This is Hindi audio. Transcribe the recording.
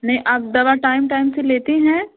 नी आप दवा टाइम टाइम से लेती हैं